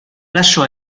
lasciò